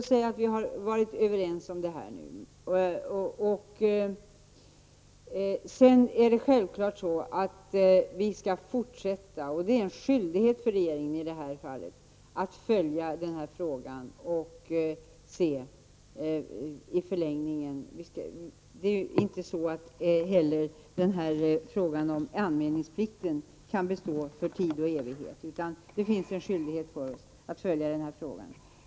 Sedan är det självklart att vi skall fortsätta att följa frågan. Det är en skyldighet för regeringen. Inte heller anmälningsplikten kan bestå för tid och evighet, utan det finns en skyldighet för oss att följa den frågan.